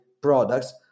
products